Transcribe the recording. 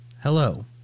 hello